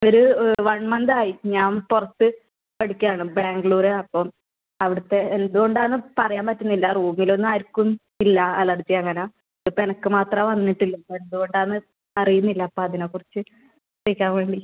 ഒരു one month ആയി ഞാൻ പുറത്ത് പഠിക്കുകയാണ് ബാംഗ്ലൂർ അപ്പം അവിടുത്തെ എന്തുകൊണ്ടാണെന്ന് പറയാൻ പറ്റുന്നില്ല റൂമിൽ ഒന്നും ആർക്കും ഇല്ല അലർജി അങ്ങനെ ഇപ്പോൾ എനിക്ക് മാത്രാ വന്നിട്ട് ഉള്ളത് എന്തുകൊണ്ടാണെന്ന് അറിയുന്നില്ല അപ്പോൾ അതിനെക്കുറിച്ച് ചോദിക്കാൻ വേണ്ടി